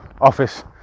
office